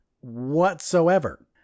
whatsoever